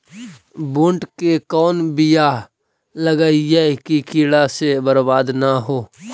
बुंट के कौन बियाह लगइयै कि कीड़ा से बरबाद न हो?